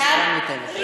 אנחנו כמובן ניתן לו.